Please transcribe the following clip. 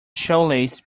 shoelace